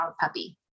puppy